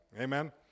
amen